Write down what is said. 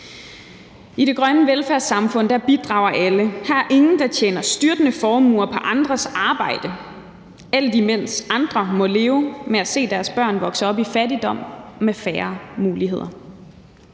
I det grønne velfærdssamfund bidrager alle. Her er ingen, der tjener styrtende formuer på andres arbejde, alt imens andre må leve med at se deres børn vokse op i fattigdom med færre muligheder.